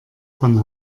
von